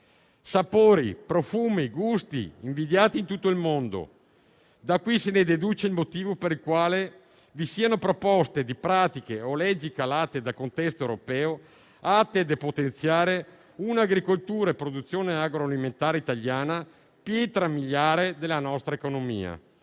sapori, profumi e gusti invidiati in tutto il mondo. Da qui si deduce il motivo per il quale vi sono proposte, pratiche o leggi calate dal contesto europeo atte a depotenziare un'agricoltura e una produzione agroalimentare italiana, pietre miliari della nostra economia.